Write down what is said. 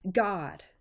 God